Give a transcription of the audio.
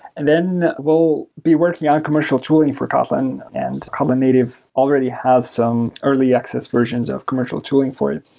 and then we'll be working on commercial tooling for kotlin, and kotlin native already has some early access versions of commercial tooling for it.